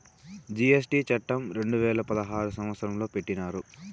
GST చట్టం రెండు వేల పదహారు సంవత్సరంలో పెట్టినారు